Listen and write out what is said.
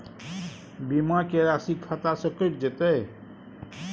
बीमा के राशि खाता से कैट जेतै?